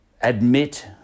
admit